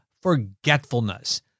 forgetfulness